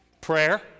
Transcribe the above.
Prayer